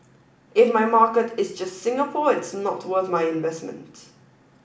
if my market is just Singapore it's not worth my investment